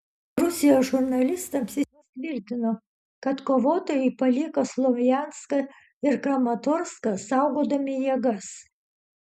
rusijos žurnalistams jis tvirtino kad kovotojai paliko slovjanską ir kramatorską saugodami jėgas